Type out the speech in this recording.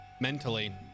mentally